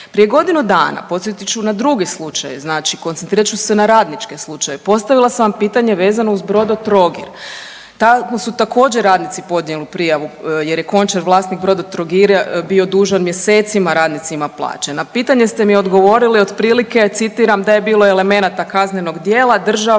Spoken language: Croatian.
Prije godinu dana, podsjetit ću na drugi slučaj, znači koncentrirat ću se na radničke slučajeve, postavila sam vam pitanje vezano uz Brodotrogir. Tamo su također radnici podnijeli prijavu jer je Končar, vlasnik Brodotrogira bio dužan mjesecima radnicima plaće. Na pitanje ste mi odgovorili otprilike, citiram, da je bilo elemenata kaznenog djela, država